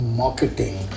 marketing